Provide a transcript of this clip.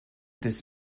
this